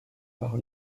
par